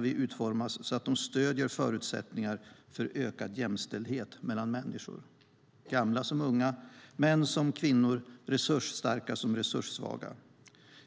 vi måste utformas så att de stöder förutsättningar för ökad jämställdhet mellan människor - gamla som unga, män som kvinnor, resursstarka som resurssvaga.